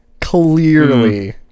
clearly